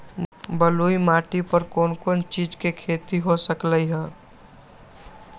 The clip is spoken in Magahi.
बलुई माटी पर कोन कोन चीज के खेती हो सकलई ह?